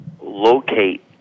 locate